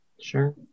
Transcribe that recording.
Sure